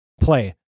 play